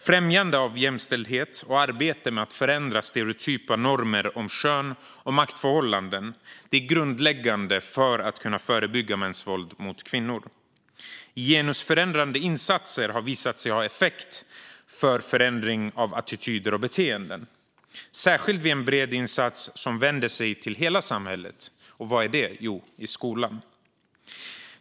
Främjande av jämställdhet och arbete med att förändra stereotypa normer om kön och maktförhållanden är grundläggande för att kunna förebygga mäns våld mot kvinnor. Genusförändrande insatser har visat sig ha effekt för förändring av attityder och beteenden, särskilt i en bred insats som vänder sig till hela samhället. Och vad är det för insats? Jo, skolan.